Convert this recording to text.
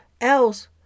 else